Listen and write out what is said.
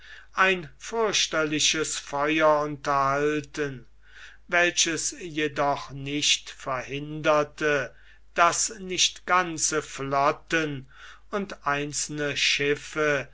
ein fürchterliches feuer unterhalten welches jedoch nicht verhinderte daß nicht ganze flotten und einzelne schiffe